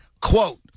Quote